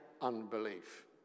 unbelief